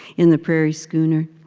in the prairie schooner